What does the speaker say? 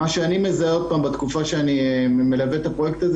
מה שאני מזהה בתקופה שאני מלווה את הפרויקט הזה